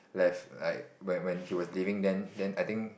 left like when when she was leaving then then I think